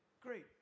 Great